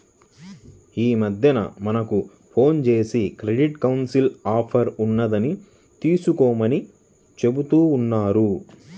యీ మద్దెన మనకు ఫోన్ జేసి క్రెడిట్ కౌన్సిలింగ్ ఆఫర్ ఉన్నది తీసుకోమని చెబుతా ఉంటన్నారు